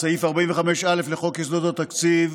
סעיף 45א לחוק יסודות התקציב,